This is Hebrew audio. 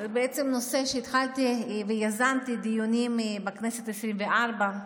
זה בעצם נושא שהתחלתי ויזמתי בו דיונים בכנסת העשרים-וארבע,